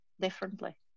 differently